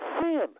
sin